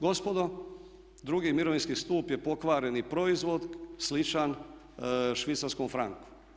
Gospodo drugi mirovinski stup je pokvareni proizvod sličan švicarskom franku.